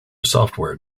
software